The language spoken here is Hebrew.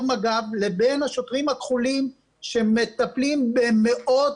מג"ב לבין השוטרים הכחולים שמטפלים במאות